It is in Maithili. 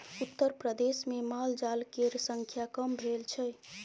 उत्तरप्रदेशमे मालजाल केर संख्या कम भेल छै